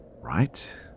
right